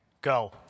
Go